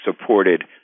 supported